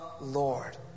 Lord